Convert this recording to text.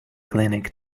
clinic